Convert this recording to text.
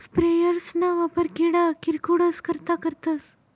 sprayers ना वापर किडा किरकोडस करता करतस